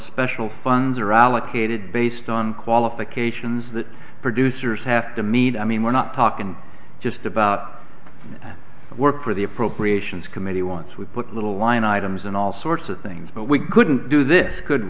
special funds are allocated based on qualifications that producers have to meet i mean we're not talking just about i work for the appropriations committee wants we put little line items and all sorts of things but we couldn't do this